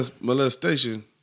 molestation